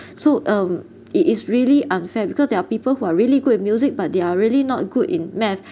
so um it is really unfair because there are people who are really good in music but they are really not good in math